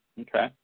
Okay